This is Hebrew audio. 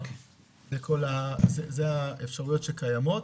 אלה האפשרויות שקיימות.